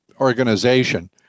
organization